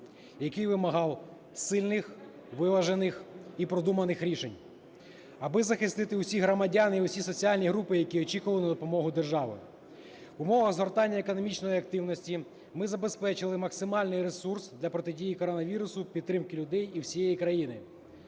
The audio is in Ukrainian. який вимагав сильних, виважених і продуманих рішень, аби захистити всіх громадян і всі соціальні групи, які очікували на допомогу держави. В умовах згортання економічної активності ми забезпечили максимальний ресурс для протидії коронавірусу, підтримки людей і всієї країни.